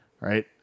right